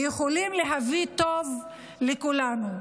ויכולים להביא טוב לכולנו.